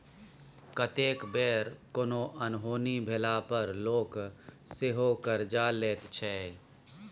कतेक बेर कोनो अनहोनी भेला पर लोक सेहो करजा लैत छै